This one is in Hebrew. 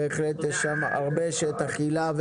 בהחלט יש שם הרבה שטח, הילה.